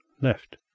left